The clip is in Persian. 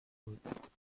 بود